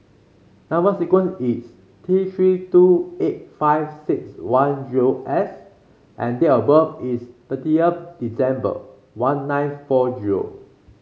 number sequence is T Three two eight five six one zero S and date of birth is thirtieth December one nine four zero